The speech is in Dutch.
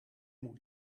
moet